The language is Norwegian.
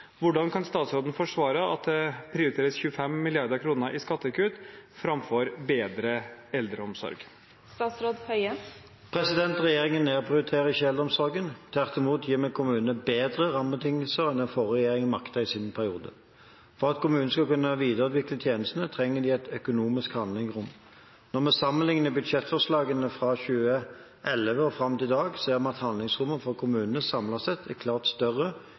Hvordan kan statsråden forsvare at det prioriteres 25 mrd. kroner i skattekutt framfor bedre eldreomsorg?» Regjeringen nedprioriterer ikke eldreomsorgen; tvert imot gir vi kommunene bedre rammebetingelser enn den forrige regjeringen maktet i sin periode. For at kommunene skal kunne videreutvikle tjenestene, trenger de et økonomisk handlingsrom. Når vi sammenligner budsjettforslagene fra 2011 og fram til i dag, ser vi at handlingsrommet for kommunene samlet sett er klart større